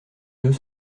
deux